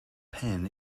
pen